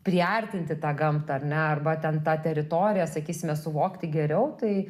priartinti tą gamtą ar ne arba ten tą teritoriją sakysime suvokti geriau tai